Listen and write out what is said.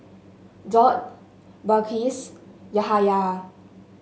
Daud Balqis Yahaya